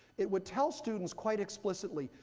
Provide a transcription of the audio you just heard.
it would tell students quite explicitly,